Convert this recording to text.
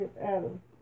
Adam